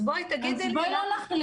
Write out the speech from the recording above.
אז בואי תגידי לי --- אז בואי לא נכליל.